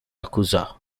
yakuza